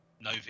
no